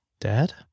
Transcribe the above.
Dad